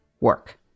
work